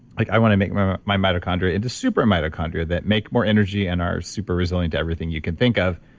like i want to make my my mitochondria into super mitochondria that make more energy and are super resilient to everything you can think of.